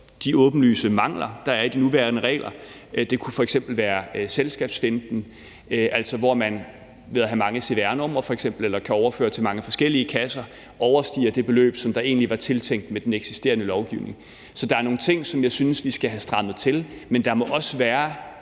de åbenlyse mangler, der er i de nuværende regler. Det kunne f.eks. være selskabsfinten, altså hvor man ved at have mange cvr-numre f.eks. eller ved at kunne overføre til mange forskellige kasser overstiger det beløb, som der egentlig var tiltænkt med den eksisterende lovgivning. Så der er nogle ting, som jeg synes vi skal have strammet til, men der må også være